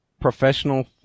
professional